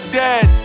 dead